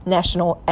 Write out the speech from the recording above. National